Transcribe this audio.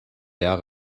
jahre